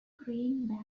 greenbelt